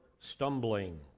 stumbling